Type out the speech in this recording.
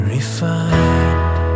Refined